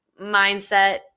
mindset